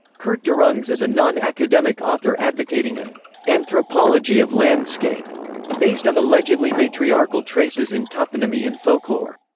kurt derungs is a non-academic author advocating an anthropology of landscape based on allegedly matriarchal traces in toponymy and folklore.